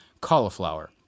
cauliflower